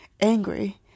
Angry